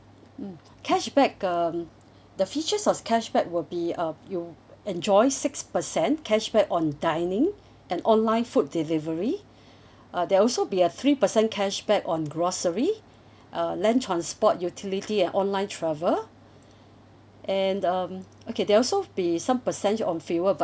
cashback um the features of cashback will be um you enjoy six percent cashback on dining and online food delivery uh there'll also be a three percent cashback on grocery uh land transport utility and online travel and um okay there'll also be some percent on fuel but